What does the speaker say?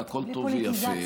והכול טוב ויפה.